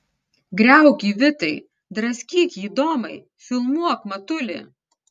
griauk jį vitai draskyk jį domai filmuok matuli